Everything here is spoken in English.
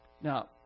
Now